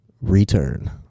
return